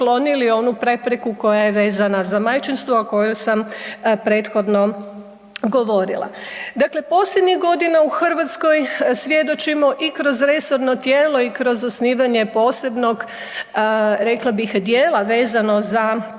onu prepreku koja je vezana za majčinstvo o kojoj sam prethodno govorila. Dakle, posljednjih godina u Hrvatskoj svjedočimo i kroz resorno tijelo i kroz osnivanje posebnog rekla bih dijela vezano za prepoznavanje